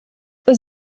aux